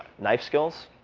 knife skills,